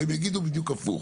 והם יגידו בדיוק הפוך.